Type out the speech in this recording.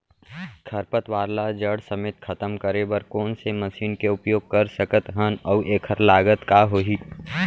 खरपतवार ला जड़ समेत खतम करे बर कोन से मशीन के उपयोग कर सकत हन अऊ एखर लागत का होही?